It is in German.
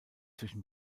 zwischen